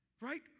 Right